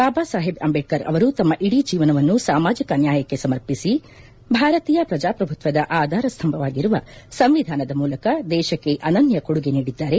ಬಾಬಾ ಸಾಹೇಬ್ ಅಂಬೇಡ್ಕರ್ ಅವರು ತಮ್ಮ ಇಡೀ ಜೀವನವನ್ನು ಸಾಮಾಜಿಕ ನ್ಯಾಯಕ್ಕೆ ಸಮರ್ಪಿಸಿ ಭಾರತೀಯ ಪ್ರಜಾಪ್ರಭುತ್ವದ ಆಧಾರ ಸ್ತಂಭವಾಗಿರುವ ಸಂವಿಧಾನದ ಮೂಲಕ ದೇಶಕ್ಕೆ ಅನನ್ಯ ಕೊಡುಗೆ ನೀಡಿದ್ದಾರೆ